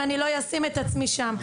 אם אני לא אשים את עצמי שם.